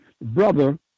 Brother